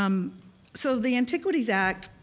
um so the antiquities act,